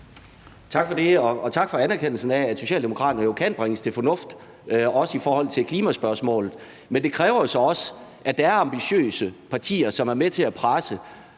Tak for det. Og tak for anerkendelsen af, at Socialdemokraterne jo kan bringes til fornuft, også i forhold til klimaspørgsmålet. Men det kræver jo så også, at der er ambitiøse partier, som er med til at presse.